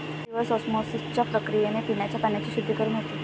reverse ऑस्मॉसिसच्या प्रक्रियेने पिण्याच्या पाण्याचे शुद्धीकरण होते